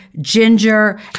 ginger